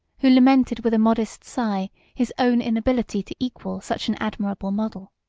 who lamented with a modest sigh his own inability to equal such an admirable model.